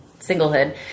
singlehood